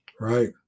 Right